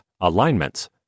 alignments